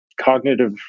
cognitive